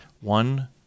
One